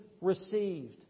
received